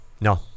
No